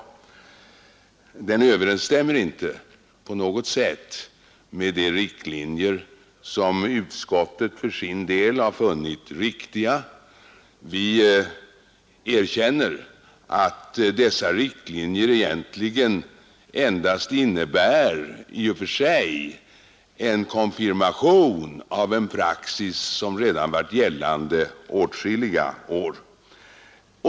Det överensstämmer inte på något sätt med de riktlinjer som utskottet för sin del har funnit riktiga. Vi erkänner att dessa riktlinjer i och för sig endast innebär en konfirmation av en praxis som redan varit gällande åtskilliga år.